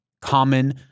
common